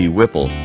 Whipple